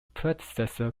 predecessor